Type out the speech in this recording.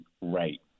right